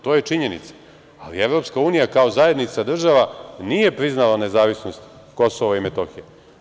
To je činjenica, ali EU kao zajednica država nije priznala nezavisnost Kosova i Metohije.